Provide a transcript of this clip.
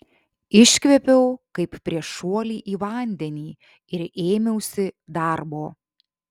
iškvėpiau kaip prieš šuolį į vandenį ir ėmiausi darbo